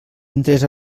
interés